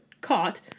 caught